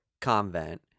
convent